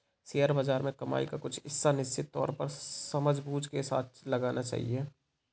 share बाज़ार में कमाई का कुछ हिस्सा निश्चित तौर पर समझबूझ के साथ लगाना चहिये